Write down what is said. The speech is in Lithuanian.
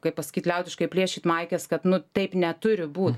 kaip pasakyt liaudiškai plėšyt maikes kad nu taip neturi būt